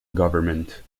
government